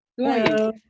Hello